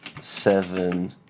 seven